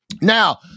now